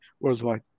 worldwide